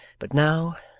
but, now,